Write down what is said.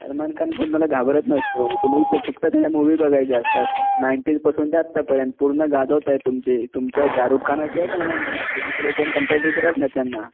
सलमान खान कोणाला घाबरत नसतो तुम्ही तर फक्त त्याच्या मुवी बघायच्या असतात नाईंटीज पासून ते आतापर्यंत पूर्ण गाजवत आहे तुमचे तुमचा शाहरुख खान असो सलमान खान असो दुसरे कोणी कम्प्याटीटरच नाही आहेत त्यांना